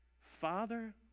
Father